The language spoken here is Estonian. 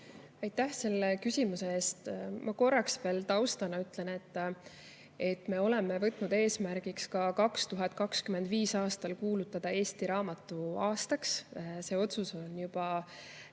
Aitäh selle küsimuse eest! Ma korraks veel taustana ütlen, et me oleme võtnud eesmärgiks ka 2025. aastal kuulutada Eesti raamatuaastaks. Selle otsuse on ette